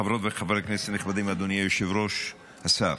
חברות וחברי כנסת נכבדים, אדוני היושב-ראש, השר,